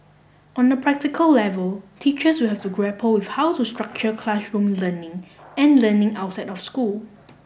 on a practical level teachers will have to grapple with how to structure classroom learning and learning outside of school